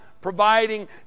providing